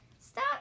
stop